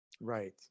Right